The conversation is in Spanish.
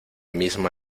misma